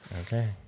okay